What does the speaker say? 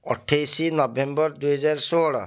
ଅଠେଇଶ ନଭେମ୍ବର ଦୁଇହଜାର ଷୋହଳ